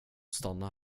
stanna